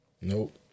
Nope